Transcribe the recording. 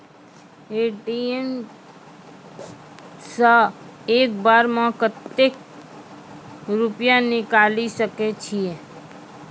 ATM सऽ एक बार म कत्तेक रुपिया निकालि सकै छियै?